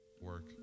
Work